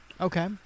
Okay